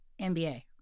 NBA